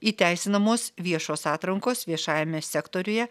įteisinamos viešos atrankos viešajame sektoriuje